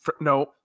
No